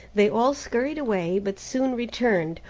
they all scurried away, but soon returned,